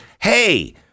hey-